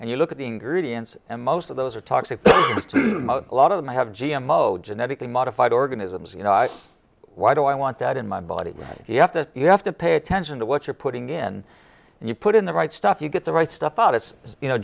and you look at the ingredients and most of those are toxic a lot of them have g m o genetically modified organisms you know why do i want that in my body if you have to you have to pay attention to what you're putting in and you put in the right stuff you get the right stuff out as you know